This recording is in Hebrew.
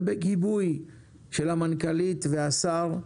ובגיבוי של המנכ"לית והשר,